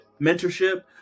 mentorship